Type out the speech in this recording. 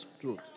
truth